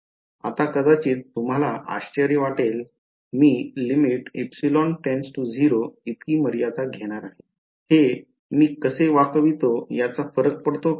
आता कदाचित तुम्हाला आश्चर्य वाटेल मी इतकी मर्यादा घेणार आहे हे मी कसे वाकवितो याचा फरक पडतो का